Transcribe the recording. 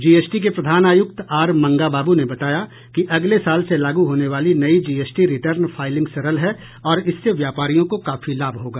GST के प्रधान आयुक्त आर मंगाबाबू ने बताया कि अगले साल से लागू होने वाली नई जीएसटी रिटर्न फाईलिंग सरल है और इससे व्यापारियों को काफी लाभ होगा